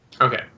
Okay